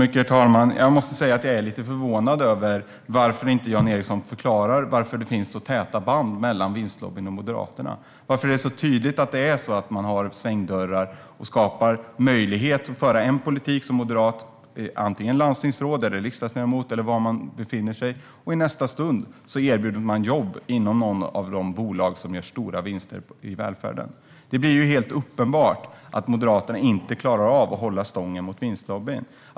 Herr talman! Jag måste säga att jag är lite förvånad över varför Jan Ericson inte förklarar varför det finns så täta band mellan vinstlobbyn och Moderaterna. Varför är det så tydligt att man har svängdörrar och skapar möjlighet att föra en politik som moderat landstingsråd, riksdagsledamot eller var man befinner sig och i nästa stund blir erbjuden jobb i något av de bolag som gör stora vinster i välfärden? Det blir helt uppenbart att Moderaterna inte klarar av att hålla stången mot vinstlobbyn.